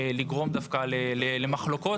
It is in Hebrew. לגרום דווקא למחלוקות,